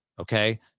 Okay